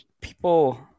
people